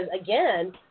again